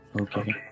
okay